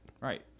right